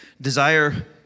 Desire